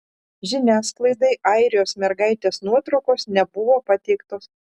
žiniasklaidai airijos mergaitės nuotraukos nebuvo pateiktos